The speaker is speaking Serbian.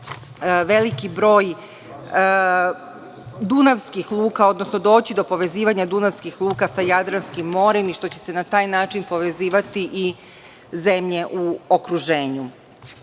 veliki broj dunavskih luka, odnosno doći do povezivanja dunavskih luka sa Jadranskim morem i što će se na taj način povezivati i zemlje u okruženju. Veoma